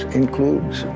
includes